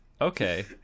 Okay